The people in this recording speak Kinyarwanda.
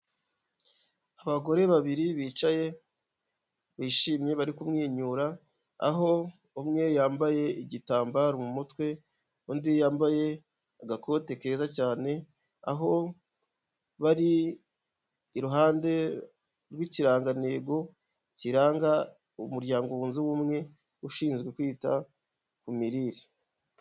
Abagore babiri bicaye bishimye bari kumwenyura, aho umwe yambaye igitambaro mu mutwe, undi yambaye agakote keza cyane, aho bari iruhande rw'ikirangantego kiranga umuryango wunze ubumwe ushinzwe kwita ku mirire.